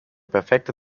perfekte